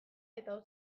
eta